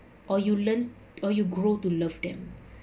or you learn or you grew to love them